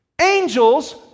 Angels